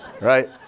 right